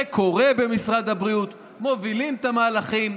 זה קורה במשרד הבריאות, מובילים את המהלכים.